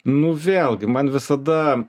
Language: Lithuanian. nu vėlgi man visada